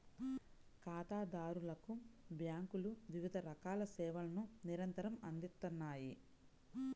ఖాతాదారులకు బ్యేంకులు వివిధ రకాల సేవలను నిరంతరం అందిత్తన్నాయి